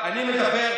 אני מדבר,